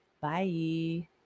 Bye